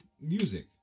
music